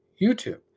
YouTube